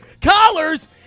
collars